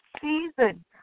season